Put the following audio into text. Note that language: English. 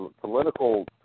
political